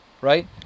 right